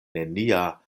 nenia